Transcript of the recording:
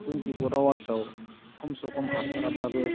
twenty four आवार्सआव खमसे खम हाथाराब्लाबो